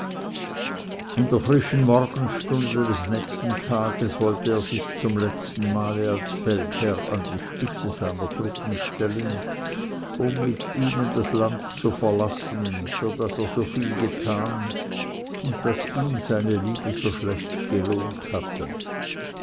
in der frischen morgenstunde des nächsten tages wollte er sich zum letzten male als feldherr an die spitze seiner truppen stellen um mit ihnen das land zu verlassen für das er so viel getan und das ihm seine liebe so schlecht gelohnt hatte